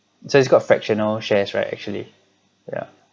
so it's got a fractional shares right actually ya